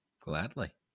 Gladly